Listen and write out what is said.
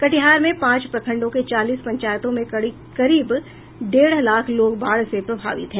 कटिहार में पांच प्रखंडों के चालीस पंचायतों में करीब डेढ़ लाख लोग बाढ़ से प्रभावित हैं